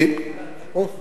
תסיים.